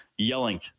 yelling